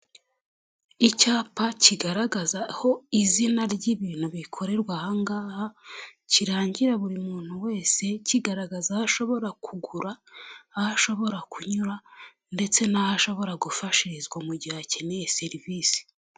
Icyapa kigaragaza aho izina ry'ibintu bikorerwa aha ngaha, kirangira buri muntu wese, kigaragaza aho ashobora kugura, aho ashobora kunyura ndetse n'aho ashobora gufashirizwa mu gihe akeneye serivisi.